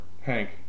Hank